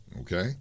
Okay